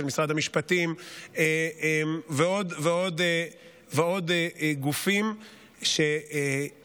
של משרד המשפטים ועוד ועוד גופים שישבו,